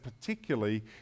particularly